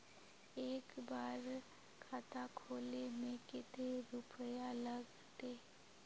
एक बार खाता खोले में कते रुपया लगते?